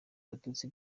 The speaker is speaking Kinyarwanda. abatutsi